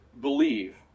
believe